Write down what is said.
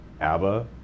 ABBA